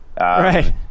Right